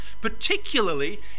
particularly